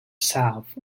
south